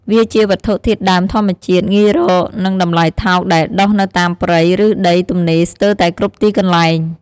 វាជាវត្ថុធាតុដើមធម្មជាតិ ងាយរក និងតម្លៃថោកដែលដុះនៅតាមព្រៃ ឬដីទំនេរស្ទើតែគ្រប់ទីកន្លែង។